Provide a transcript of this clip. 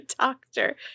doctor